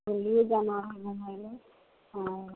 बोलिऔ जाना हइ घुमैलए हँ